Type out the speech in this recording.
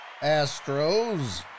Astros